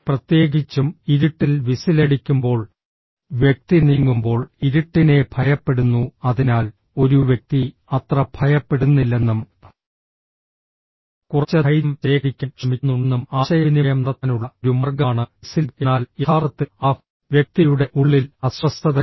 പ്രത്യേകിച്ചും ഇരുട്ടിൽ വിസിലടിക്കുമ്പോൾ വ്യക്തി നീങ്ങുമ്പോൾ ഇരുട്ടിനെ ഭയപ്പെടുന്നു അതിനാൽ ഒരു വ്യക്തി അത്ര ഭയപ്പെടുന്നില്ലെന്നും കുറച്ച് ധൈര്യം ശേഖരിക്കാൻ ശ്രമിക്കുന്നുണ്ടെന്നും ആശയവിനിമയം നടത്താനുള്ള ഒരു മാർഗമാണ് വിസിലിംഗ് എന്നാൽ യഥാർത്ഥത്തിൽ ആ വ്യക്തിയുടെ ഉള്ളിൽ അസ്വസ്ഥതയുണ്ട്